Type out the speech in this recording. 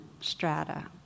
strata